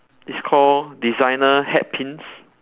it's called designer hat pins